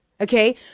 Okay